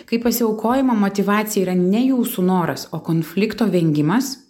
kaip pasiaukojimo motyvacija yra ne jūsų noras o konflikto vengimas